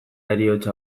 heriotza